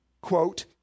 quote